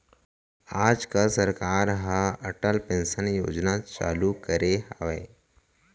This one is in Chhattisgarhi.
आज काल सरकार ह अटल पेंसन योजना चालू करे हवय